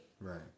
Right